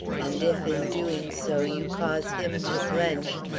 and if, in doing so, you cause him to blench,